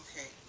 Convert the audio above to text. okay